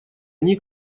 они